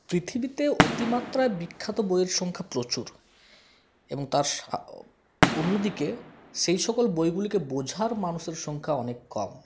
পৃথিবীতে অতিমাত্রায় বিখ্যাত বইয়ের সংখ্যা প্রচুর এবং তার সা অন্যদিকে সেই সকল বইগুলিকে বোঝার মানুষের সংখ্যা অনেক কম